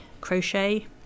crochet